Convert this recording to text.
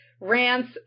Rants